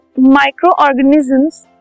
microorganisms